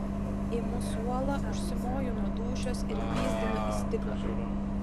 imu suolą užsimoju nuo dūšios ir pyzdinu į stiklą